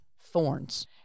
thorns